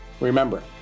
Remember